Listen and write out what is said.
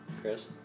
Chris